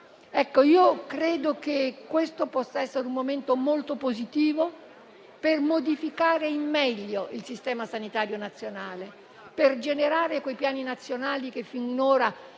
Credo che questo possa essere un momento molto positivo per modificare in meglio il Sistema sanitario nazionale e generare quei piani nazionali che finora